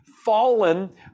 fallen